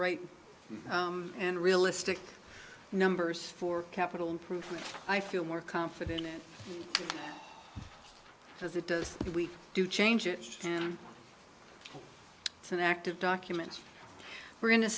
right and realistic numbers for capital improvements i feel more confident because it does if we do change it and it's an active documents we're